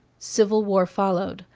civil war followed.